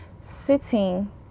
sitting